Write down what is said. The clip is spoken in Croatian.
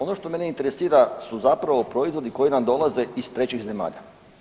Ono što mene interesira su zapravo proizvodi koji nam dolaze iz trećih zemalja.